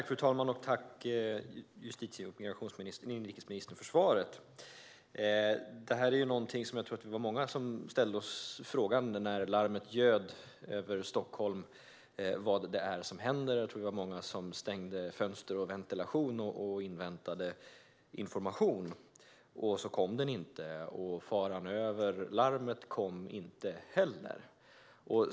Fru talman! Tack, justitie och inrikesministern, för svaret! Jag tror att vi var många som ställde oss frågande inför när larmet ljöd över Stockholm och undrade vad det var som hände. Vi var nog många som stängde fönster och ventilation och inväntade information, och så kom den inte. Faran-över-larmet kom inte heller.